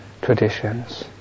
traditions